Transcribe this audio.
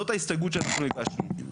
זאת ההסתייגות שאנחנו הגשנו.